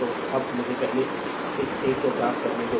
तो अब मुझे पहले इस एक को साफ करने दो